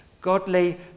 godly